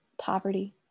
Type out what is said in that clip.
poverty